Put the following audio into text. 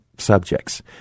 Subjects